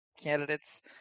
candidates